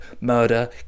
murder